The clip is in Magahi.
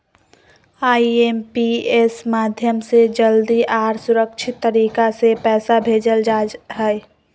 आई.एम.पी.एस माध्यम से जल्दी आर सुरक्षित तरीका से पैसा भेजल जा हय